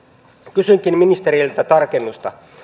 kysynkin ministeriltä tarkennusta